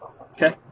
Okay